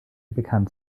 bekannt